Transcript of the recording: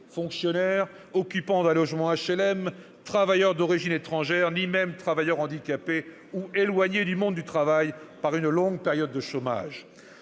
fonctionnaire, occupant d'un logement HLM, travailleur d'origine étrangère, ni même travailleur handicapé ou éloigné du monde du travail par une longue période de chômage.